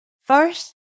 first